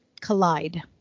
collide